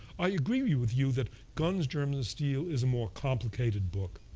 i agree with you that guns, germs, and steel is a more complicated book